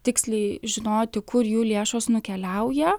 tiksliai žinoti kur jų lėšos nukeliauja